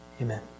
Amen